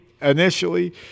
initially